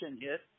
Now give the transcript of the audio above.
hit